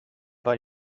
pas